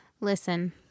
listen